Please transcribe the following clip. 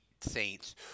Saints